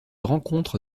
rencontre